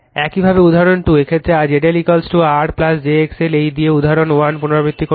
একইভাবে উদাহরণ 2 এই ক্ষেত্রে ZLR j XL দিয়ে উদাহরণ 1 পুনরাবৃত্তি করুন